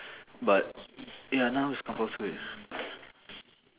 but ya now it's compulsory